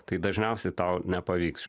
tai dažniausiai tau nepavyks